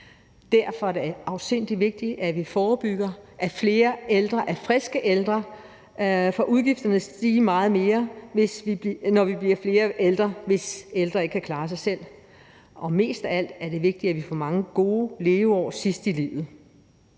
Derfor er det afsindig vigtigt, at vi forebygger, i forhold til at flere ældre er friske ældre, for udgifterne vil stige meget mere, når vi bliver flere ældre, hvis ældre ikke kan klare sig selv, og mest af alt er det vigtigt, at vi får mange gode leveår sidst i livet.